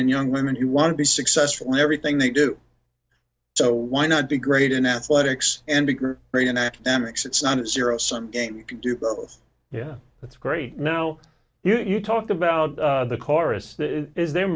and young women who want to be successful in everything they do so why not be great in athletics and bigger bring in academics it's not a zero sum game you can do both yeah that's great now you know you talked about the chorus